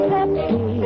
Pepsi